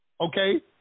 Okay